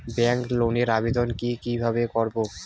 Bank লোনের আবেদন কি কিভাবে করব?